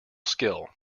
skill